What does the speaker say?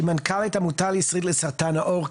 שהיא מנכ"לית העמותה לסרטן העור,